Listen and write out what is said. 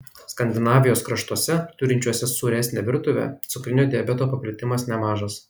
skandinavijos kraštuose turinčiuose sūresnę virtuvę cukrinio diabeto paplitimas nemažas